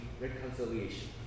reconciliation